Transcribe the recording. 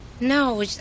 No